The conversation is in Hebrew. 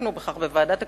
עסקנו בכך בוועדת הכספים.